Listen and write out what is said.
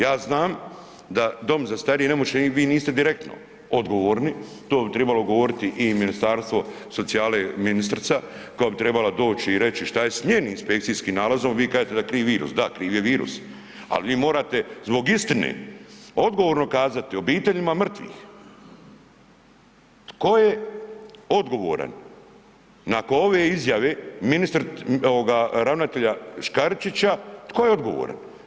Ja znam da dom za starije i nemoćne i vi niste direktno odgovorni, to bi tribalo odgovoriti i Ministarstvo socijale ministrica, koja bi trebala doći i reći šta je s njenim inspekcijskim nalazom, vi kažete da je kriv virus, da kriv je virus, ali vi morate zbog istine odgovorno kazati obiteljima mrtvih tko je odgovoran nakon ove izjave ravnatelja Škaričića, tko je odgovoran?